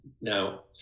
Now